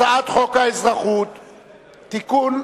הצעת חוק האזרחות (תיקון,